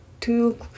Two